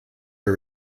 are